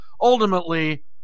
Ultimately